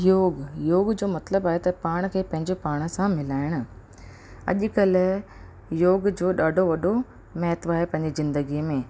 योग योग जो मतिलबु आहे त पाण खे पंहिंजे पाण सां मिलाइणु अॼुकल्ह योग जो ॾाढो वॾो महत्व आहे पंहिंजी ज़िंदगीअ में